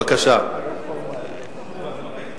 בבקשה, אדוני.